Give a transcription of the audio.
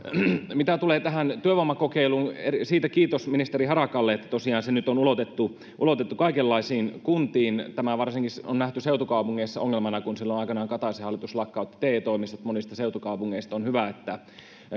mitä tulee tähän työvoimakokeiluun siitä kiitos ministeri harakalle että tosiaan se nyt on ulotettu ulotettu kaikenlaisiin kuntiin tämä varsinkin on nähty seutukaupungeissa ongelmana kun silloin aikanaan kataisen hallitus lakkautti te toimistot monista seutukaupungeista on hyvä että